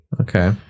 Okay